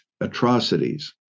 atrocities